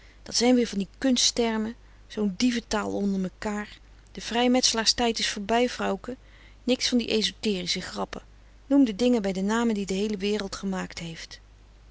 dat zijn weer van die kunsttermen zoo'n dievetaal onder mekaar de vrijmetselaars tijd is voorbij vrouwke niks van die esoterische grappen noem de dingen bij namen die de heele wereld gemaakt heeft